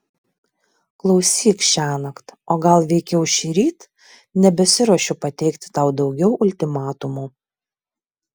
klausyk šiąnakt o gal veikiau šįryt nebesiruošiu pateikti tau daugiau ultimatumų